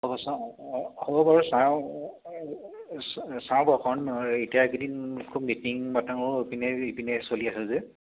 হ'ব চাওঁ হ'ব বাৰু চাওঁ চাওঁ বাৰু এতিয়াকেইদিন খুব মিটিং মাটাঙৰ ইপিনে সিপিনে চলি আছে যে